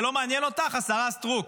זה לא מעניין אותך, השרה סטרוק?